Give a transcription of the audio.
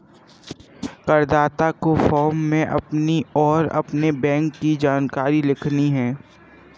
करदाता को फॉर्म में अपनी और अपने बैंक की जानकारी लिखनी है